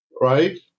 right